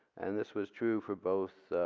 and this was true for both